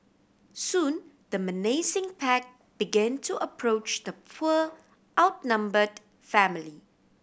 soon the menacing pack began to approach the poor outnumbered family